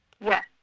Yes